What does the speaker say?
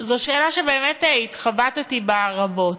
זו שאלה שבאמת התחבטתי בה רבות.